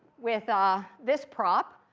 with ah this prop.